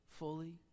Fully